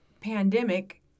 pandemic